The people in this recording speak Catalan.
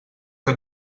que